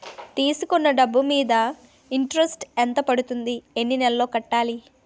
తీసుకున్న డబ్బు మీద ఇంట్రెస్ట్ ఎంత పడుతుంది? ఎన్ని నెలలో కట్టాలి?